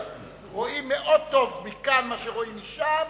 רואים מאוד טוב מכאן מה שרואים משם,